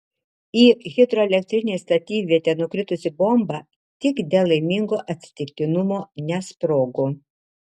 į hidroelektrinės statybvietę nukritusi bomba tik dėl laimingo atsitiktinumo nesprogo